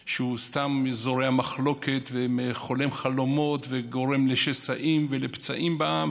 שהוא סתם זורע מחלוקת וחולם חלומות וגורם לשסעים ולפצעים בעם,